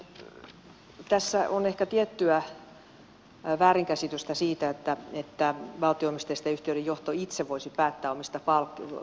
nyt tässä on ehkä tiettyä väärinkäsitystä siitä että valtio omisteisten yhtiöiden johto itse voisi päättää omista palkkioistaan